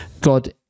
God